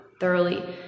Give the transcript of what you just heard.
thoroughly